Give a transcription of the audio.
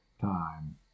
time